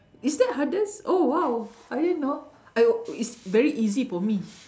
is that hardest oh !wow! I didn't know I wi~ it's very easy for me